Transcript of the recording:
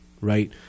right